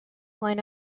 line